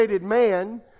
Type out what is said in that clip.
man